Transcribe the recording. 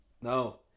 No